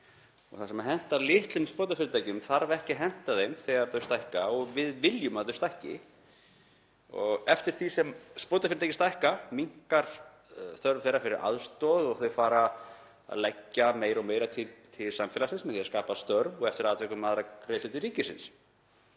Það sem hentar litlum sprotafyrirtækjum þarf ekki að henta þeim þegar þau stækka og við viljum að þau stækki. Eftir því sem sprotafyrirtækin stækka minnkar þörf þeirra fyrir aðstoð og þau fara að leggja meira og meira til samfélagsins með því að skapa störf og eftir atvikum aðrar greiðslur til ríkisins.